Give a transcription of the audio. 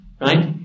Right